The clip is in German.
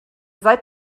seid